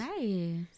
Nice